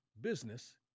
business